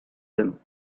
them